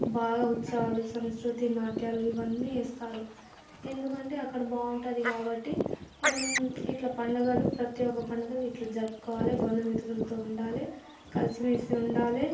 బాగా ఉత్సవాలు సంస్కృతి నాట్యాలు ఇవన్నీ వేస్తారు ఎందుకంటే అక్కడ బావుంటది కాబట్టి మనం ఇట్లా పండగలు ప్రతి యొక్క పండుగలు ఇట్లా జరుపుకోవాలే బంధు మిత్రులతో ఉండాలే కలిసిమెలిసి ఉండాలే